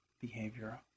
behavior